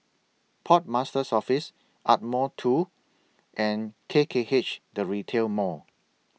Port Master's Office Ardmore two and K K H The Retail Mall